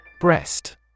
Breast